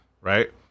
right